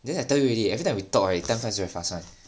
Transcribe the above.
there I tell you already every we talk time pass very fast [one]